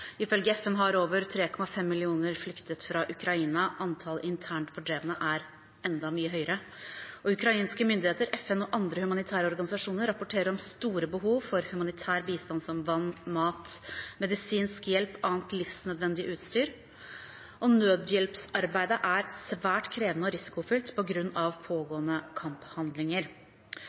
Ifølge FN har over 3,5 millioner flyktet fra Ukraina. Antallet internt fordrevne er enda høyere. Ukrainske myndigheter, FN og andre humanitære organisasjoner rapporterer om store behov for humanitær bistand, som vann, mat, medisinsk hjelp og annet livsnødvendig utstyr. Nødhjelpsarbeidet er svært krevende og risikofylt på grunn av pågående kamphandlinger.